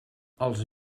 als